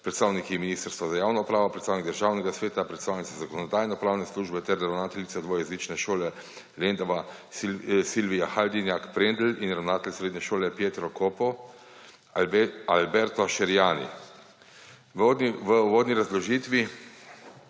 predstavniki Ministrstva za javno upravo, predstavnik Državnega sveta, predstavnica Zakonodajno-pravne službe ter ravnateljica Dvojezične srednje šole Lendava Silvija Hadinjak Prendl in ravnatelj Srednje šole Pietro Coppo Alberto Scheriani. V uvodni obrazložitvi